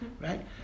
right